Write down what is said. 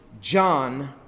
John